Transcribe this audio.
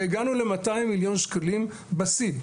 והגענו ל- 200 מיליון שקלים בשיא,